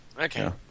Okay